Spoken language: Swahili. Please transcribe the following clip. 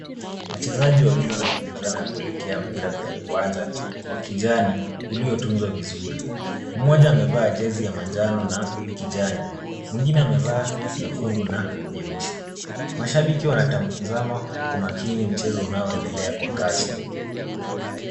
Wachezaji wawili wanakimbizana kuelekea mpira kwenye uwanja, wakijani ulio tunza vizuri. Mmoja amevaa jezi ya manjano na kijani. Mwingine amevaa nyekundu na nyeusi. Mashabiki wanatazama kwa makini mchezo unaoendelea kwa kasi.